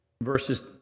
verses